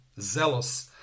zealous